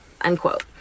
unquote